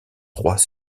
trois